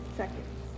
seconds